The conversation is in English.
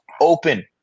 open